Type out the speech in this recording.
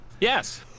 Yes